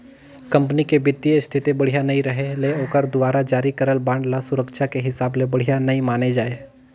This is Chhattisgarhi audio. कंपनी के बित्तीय इस्थिति बड़िहा नइ रहें ले ओखर दुवारा जारी करल बांड ल सुरक्छा के हिसाब ले बढ़िया नइ माने जाए